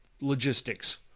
logistics